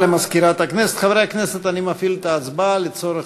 הסכם בין ממשלת מדינת ישראל לבין ממשלת